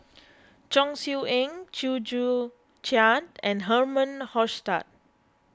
Chong Siew Ying Chew Joo Chiat and Herman Hochstadt